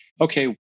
okay